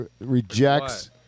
rejects